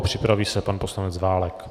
Připraví se pan poslanec Válek.